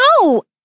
no